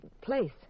place